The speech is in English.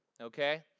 Okay